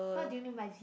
what do you mean by zero